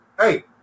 Hey